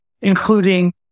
including